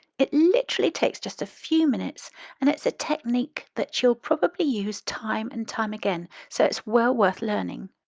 it literally takes just a few minutes and it's a technique that you'll probably use time and time again, so it's well worth learning